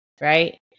right